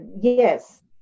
yes